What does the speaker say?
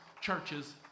churches